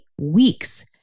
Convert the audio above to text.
weeks